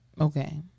Okay